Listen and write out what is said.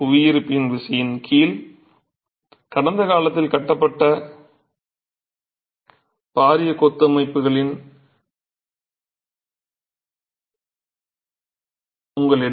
புவியீர்ப்பு விசையின் கீழ் கடந்த காலத்தில் கட்டப்பட்ட பாரிய கொத்து கட்டமைப்புகள் உங்களிடம் உள்ளன